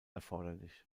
erforderlich